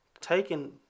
taking